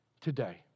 today